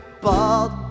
bald